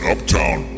Uptown